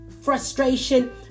frustration